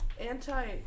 Anti